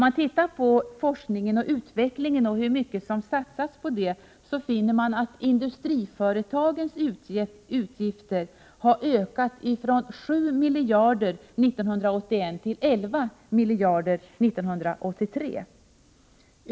: Industriföretagens utgifter för forskning och utveckling har ökat från 7 miljarder 1981 till 11 miljarder 1983.